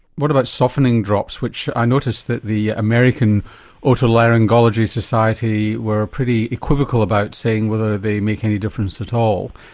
what about softening drops, which i notice that the american otolaryngology society were pretty equivocal about saying whether they make any difference at all?